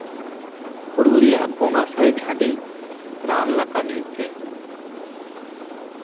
ᱯᱷᱩᱲᱩᱜ ᱨᱮᱭᱟᱜ ᱵᱚᱸᱜᱟ ᱥᱟᱨᱮᱡ ᱦᱟᱺᱰᱤ ᱨᱟᱱ ᱞᱮᱠᱟ ᱧᱩᱭ ᱯᱮ